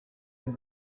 and